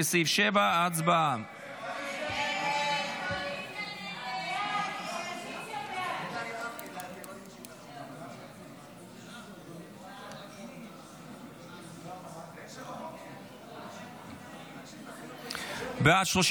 לסעיף 7. הצבעה.